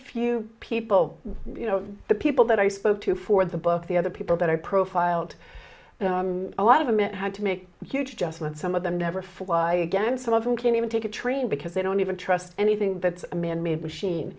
few people you know the people that i spoke to for the book the other people that i profiled a lot of them it had to make you just let some of them never fly again some of them didn't even take a train because they don't even trust anything that's a man made machine